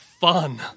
fun